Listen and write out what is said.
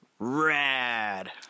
Rad